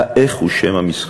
ה"איך" הוא שם המשחק.